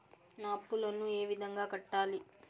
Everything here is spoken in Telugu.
నా అప్పులను ఏ విధంగా కట్టాలి?